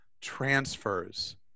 transfers